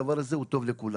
הדבר הזה הוא טוב לכולם.